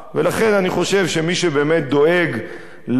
לכן אני חושב שמי שבאמת דואג לאיומים